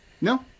no